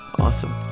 Awesome